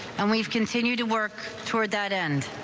and we've continued to work toward that end.